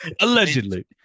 Allegedly